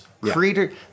Creator